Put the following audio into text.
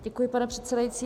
Děkuji, pane předsedající.